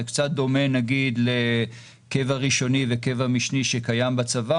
זה קצת דומה לקבע ראשוני וקבע משני שקיים בצבא,